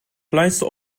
kleinste